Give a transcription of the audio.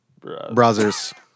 Browsers